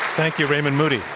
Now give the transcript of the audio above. thank you, raymond moody.